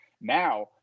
now